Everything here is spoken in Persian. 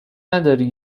نداری